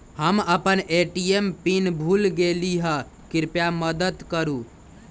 हम अपन ATM PIN भूल गेली ह, कृपया मदत करू